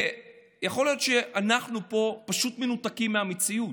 יכול להיות שאנחנו פה פשוט מנותקים מהמציאות,